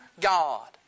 God